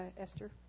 Esther